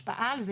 וההשפעה על זה,